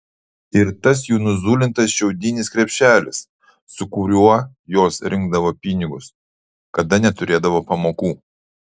ir tas jų nuzulintas šiaudinis krepšelis su kuriuo jos rinkdavo pinigus kada neturėdavo pamokų